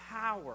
power